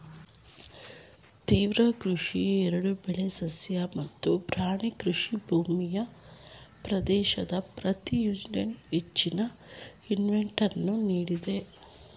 ತೀವ್ರ ಕೃಷಿ ಎರಡೂ ಬೆಳೆ ಸಸ್ಯ ಮತ್ತು ಪ್ರಾಣಿ ಕೃಷಿ ಭೂಮಿಯ ಪ್ರದೇಶದ ಪ್ರತಿ ಯೂನಿಟ್ಗೆ ಹೆಚ್ಚಿನ ಇನ್ಪುಟನ್ನು ನೀಡ್ತದೆ